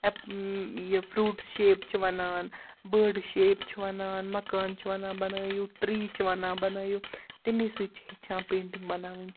app یہِ fruits shape چھِ وَنان بٲڈٕس شیپ چھِ وَنان مکان چھِ وَنان بَنٲیِو ٹرٛی چھِ وَنان بَنٲیِو تَمے سۭتۍ چھِ ہیٚچھان پیٚنٛٹِنٛگ بَناوٕنۍ